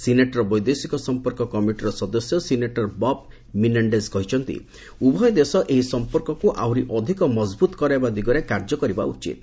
ସିନେଟ୍ର ବୈଦେଶିକ ସମ୍ପର୍କ କମିଟିର ସଦସ୍ୟ ସିନେଟର ବବ୍ ମିନେଣ୍ଡେଜ୍ କହିଛନ୍ତି ଉଭୟ ଦେଶ ଏହି ସମ୍ପର୍କକୁ ଆହୁରି ଅଧିକ ମଜଭୁତ କରାଇବା ଦିଗରେ କାର୍ଯ୍ୟ କରିବା ଉଚିତ୍